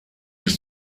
bis